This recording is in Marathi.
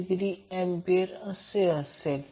2°A असे असेल